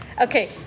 Okay